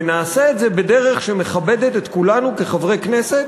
ונעשה את זה בדרך שמכבדת את כולנו כחברי כנסת